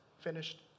finished